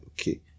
okay